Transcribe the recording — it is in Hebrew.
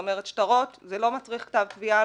שטרות לא מצריך כתב תביעה,